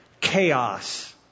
chaos